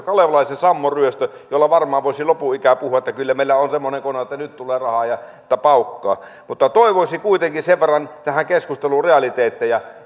kalevalaisen sammon ryöstö jolla varmaan voisi lopun ikää puhua että kyllä meillä on semmoinen kone että nyt tulee rahaa että paukkaa mutta toivoisin kuitenkin sen verran tähän keskusteluun realiteetteja